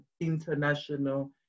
international